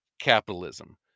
capitalism